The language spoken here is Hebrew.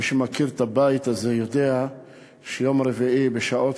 מי שמכיר את הבית הזה יודע שביום רביעי בשעות